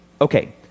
Okay